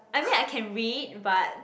I mean I can read but